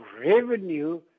revenue